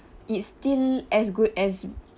it's still as good as